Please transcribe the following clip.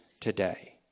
today